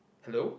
hello